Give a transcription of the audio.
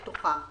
אם